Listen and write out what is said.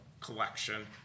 collection